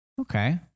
okay